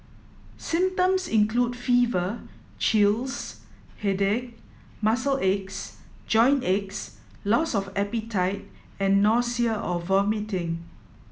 symptoms include fever chills headache muscle aches joint aches loss of appetite and nausea or vomiting